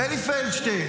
אלי פלדשטיין,